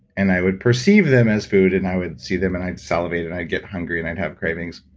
and i would perceive them as food, and i would see them, and i'd salivate, and i'd get hungry and i'd have cravings.